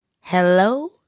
hello